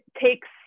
takes